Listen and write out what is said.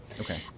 Okay